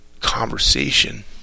conversation